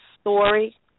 story